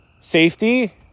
safety